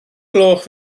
gloch